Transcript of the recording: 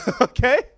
okay